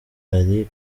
ari